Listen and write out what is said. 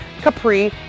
Capri